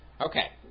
Okay